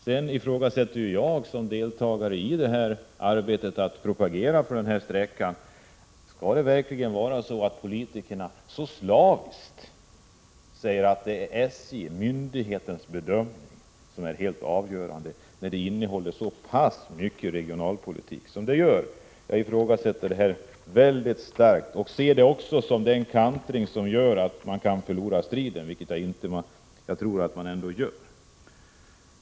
Sedan ifrågasätter jag, som deltar i detta arbete och propagerar för denna sträcka, om politiker verkligen så slaviskt skall säga att det är SJ:s, alltså myndighetens, bedömning, som är helt avgörande när denna fråga innehåller så pass mycket regionalpolitik som den gör. Jag 95 ifrågasätter detta mycket starkt samtidigt som jag ser det som den kantring som gör att man kan förlora striden, vilket jag hoppas att man inte gör.